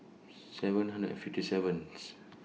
seven hundred and fifty seventh